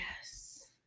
yes